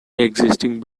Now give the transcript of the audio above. existing